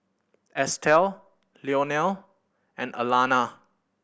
Estelle Leonel and Alanna